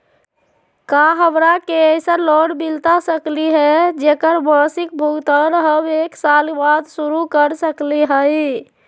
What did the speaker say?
का हमरा के ऐसन लोन मिलता सकली है, जेकर मासिक भुगतान हम एक साल बाद शुरू कर सकली हई?